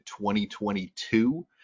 2022